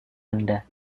anda